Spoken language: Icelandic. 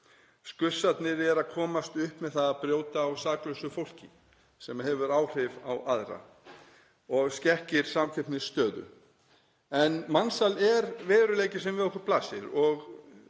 Skussarnir eru að komast upp með það að brjóta á saklausu fólki, sem hefur áhrif á aðra og skekkir samkeppnisstöðu. En mansal er veruleiki sem við okkur blasir og